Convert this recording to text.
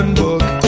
book